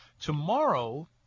Tomorrow